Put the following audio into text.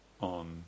on